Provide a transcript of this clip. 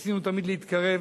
ניסינו תמיד להתקרב